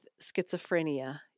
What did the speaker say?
schizophrenia